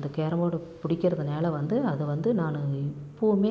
அந்த கேரம் போர்டை பிடிக்கிறதுனால வந்து அதை வந்து நான் இப்போவுமே